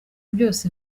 byose